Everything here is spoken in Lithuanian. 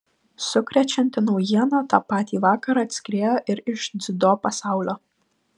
sukrečianti naujiena tą patį vakarą atskriejo ir iš dziudo pasaulio